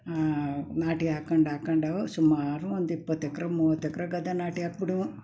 ನಾಟಿ ಹಾಕೊಂಡು ಹಾಕೊಂಡು ಸುಮಾರು ಒಂದು ಇಪ್ಪತ್ತು ಎಕರೆ ಮೂವತ್ತು ಎಕರೆ ಗದ್ದೆ ನಾಟಿ ಹಾಕಿ ಬಿಡುವ